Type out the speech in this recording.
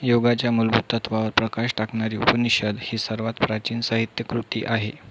योगाच्या मूलभूत तत्वावर प्रकाश टाकणारी उपनिषद ही सर्वात प्राचीन साहित्यकृती आहे